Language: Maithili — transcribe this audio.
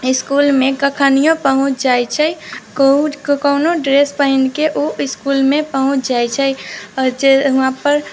इसकुलमे कखनिओ पहुँच जाइ छै कोहुके कोनो ड्रेस पहिनके ओ इसकुलमे पहुँच जाइ छै आओर जे वहाँपर